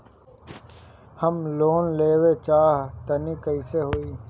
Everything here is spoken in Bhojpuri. हम लोन लेवल चाह तानि कइसे होई?